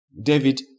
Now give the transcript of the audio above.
David